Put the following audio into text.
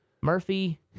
Murphy